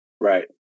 Right